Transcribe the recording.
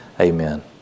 Amen